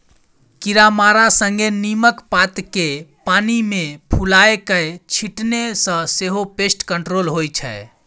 कीरामारा संगे नीमक पात केँ पानि मे फुलाए कए छीटने सँ सेहो पेस्ट कंट्रोल होइ छै